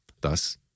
Thus